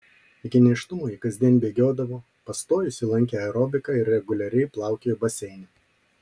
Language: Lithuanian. iki nėštumo ji kasdien bėgiodavo pastojusi lankė aerobiką ir reguliariai plaukiojo baseine